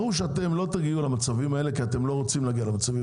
ברור שלא תגיעו למצבים האלה כי אתם לא רוצים להגיע למצבים האלה.